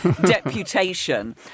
deputation